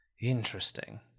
interesting